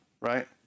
right